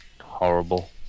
horrible